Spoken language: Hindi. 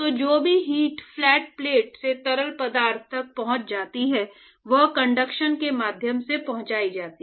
तो जो भी हीट फ्लैट प्लेट से तरल पदार्थ तक पहुंचाई जाती है वह कंडक्शन के माध्यम से पहुंचाई जाती है